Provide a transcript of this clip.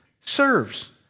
serves